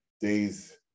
days